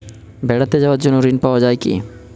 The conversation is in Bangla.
বেড়াতে যাওয়ার জন্য ঋণ পাওয়া যায় কি?